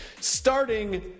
starting